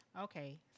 Okay